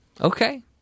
okay